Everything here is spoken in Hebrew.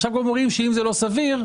עכשיו אומרים שאם זה לא סביר,